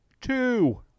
two